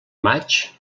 maig